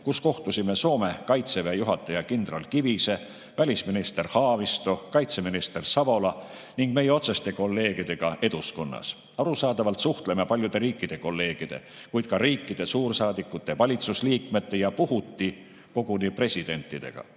kus kohtusime Soome kaitseväe juhataja kindral Kivise, välisminister Haavisto, kaitseminister Savola ning meie otseste kolleegidega Eduskunnas. Arusaadavalt suhtleme kolleegidega paljudest riikidest, kuid ka riikide suursaadikute, valitsusliikmete ja puhuti koguni presidentidega.